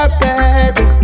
baby